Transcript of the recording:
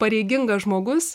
pareigingas žmogus